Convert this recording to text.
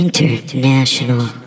International